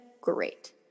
great